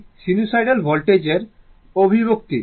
সুতরাং এটি সিনুসোইডাল ভোল্টেজের অভিব্যক্তি